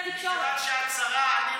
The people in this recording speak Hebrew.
כיוון שאת שרה במדינת ישראל, אתה מאמין לתקשורת.